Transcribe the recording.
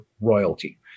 royalty